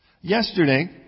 Yesterday